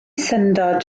syndod